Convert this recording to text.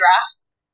drafts